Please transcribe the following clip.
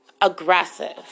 aggressive